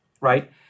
right